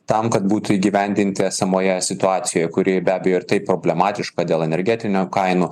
tam kad būtų įgyvendinti esamoje situacijoj kuri be abejo ir taip problematiška dėl energetinių kainų